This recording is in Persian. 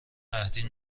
قحطی